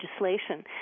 legislation